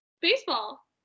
baseball